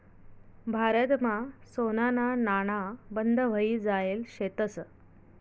भारतमा सोनाना नाणा बंद व्हयी जायेल शेतंस